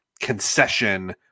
concession